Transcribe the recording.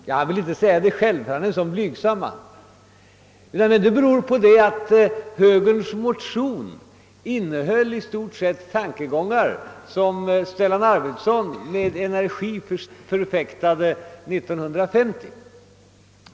Jo — han ville inte säga det själv, ty han är en blygsam man — det berodde på att högermotionen innehåller i stort sett samma tankegångar som dem Stellan Arvidson med sådan energi förfäktade 1950.